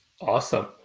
Awesome